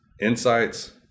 insights